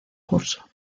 curso